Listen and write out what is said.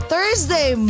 Thursday